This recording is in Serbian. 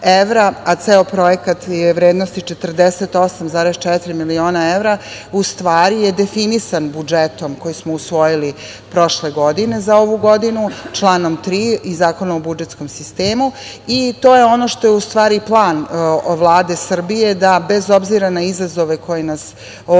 a ceo projekat je vrednosti 48,4 miliona evra, u stvari je definisan budžetom koji smo usvojili prošle godine za ovu godinu članom 3. i Zakonom o budžetskom sistemu i to je ono što je u stvari plan Vlade Srbije da bez obzira na izazove koji nas ovde